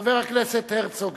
חבר הכנסת הרצוג,